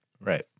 Right